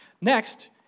Next